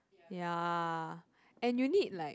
ya and you need like